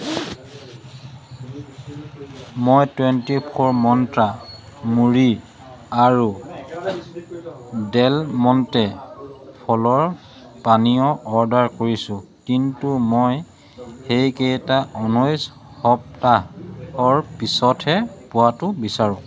মই twenty four মন্ত্ৰা মুড়ি আৰু ডেল মণ্টে ফলৰ পানীয় অৰ্ডাৰ কৰিছোঁ কিন্তু মই সেইকেইটা ঊনৈছ সপ্তাহৰ পিছতহে পোৱাটো বিচাৰোঁ